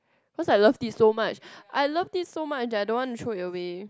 cause I loved it so much I loved it so much that I don't want to throw it away